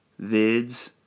vids